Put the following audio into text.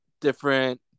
different